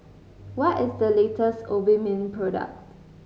what is the latest Obimin product